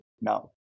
now